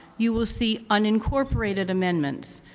you will see unincorporated amendments.